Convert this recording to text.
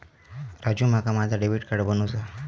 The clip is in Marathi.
राजू, माका माझा डेबिट कार्ड बनवूचा हा